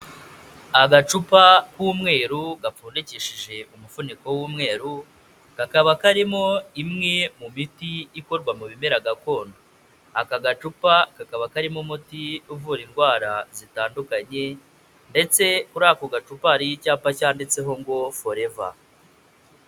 Agacupa k'umweru gapfundikishije umufuniko w'umweru, kakaba karimo imwe mu miti ikorwa mu bimera gakondo. Aka gacupa kakaba karimo umuti uvura indwara zitandukanye, ndetse kuri ako gacupa hariho icyapa cyanditseho ngo: "Forever".